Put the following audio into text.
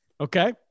Okay